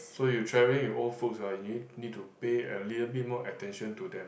so you travelling with old folks ah you nee~ you need to pay a little bit more attention to them